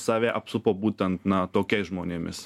save apsupo būtent na tokiais žmonėmis